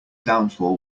downfall